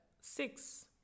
six